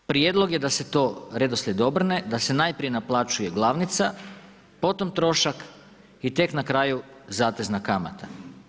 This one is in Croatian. Prijedlog je da se to, redoslijed obrne, da se najprije naplaćuje glavnica, potom trošak i tek na kraju zatezna kamata.